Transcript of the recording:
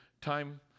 time